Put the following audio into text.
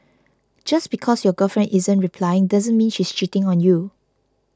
just because your girlfriend isn't replying doesn't mean she's cheating on you